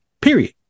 Period